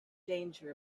danger